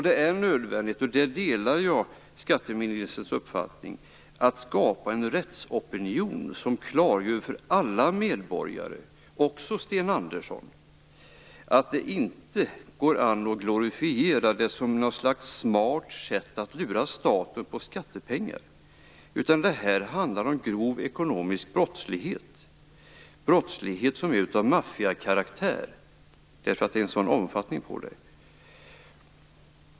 Det är nödvändigt, där delar jag skatteministerns uppfattning, att skapa en rättsopinion som klargör för alla medborgare, också för Sten Andersson, att det inte går an att glorifiera detta som något slags smart sätt att lura staten på skattepengar. Det här handlar om grov ekonomisk brottslighet, brottslighet som är av maffiakaraktär, därför att den är av en sådan omfattning.